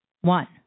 One